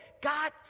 God